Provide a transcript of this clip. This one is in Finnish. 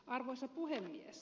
arvoisa puhemies